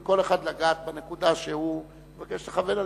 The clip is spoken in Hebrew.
כל אחד רוצה לגעת בנקודה שהוא מבקש לכוון עליה,